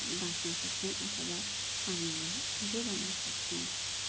बाँच्न सक्छौँ अथवा पानीलाई जोगाउन सक्छौँ